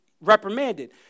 reprimanded